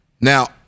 now